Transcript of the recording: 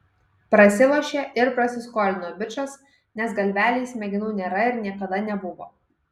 prasilošė ir prasiskolino bičas nes galvelėj smegenų nėra ir niekada nebuvo